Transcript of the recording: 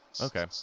okay